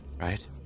right